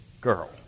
girl